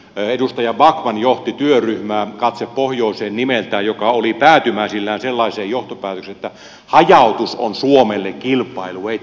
edustaja backman johti työryhmää katse pohjoiseen nimeltään joka oli päätymäisillään sellaiseen johtopäätökseen että hajautus on suomelle kilpailuetu